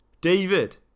David